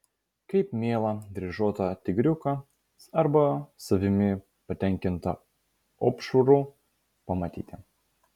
kaip mielą dryžuotą tigriuką arba savimi patenkintą opšrų pamatyti